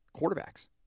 Quarterbacks